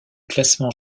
classement